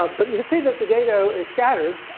um but you can see that the data is scattered,